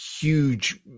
huge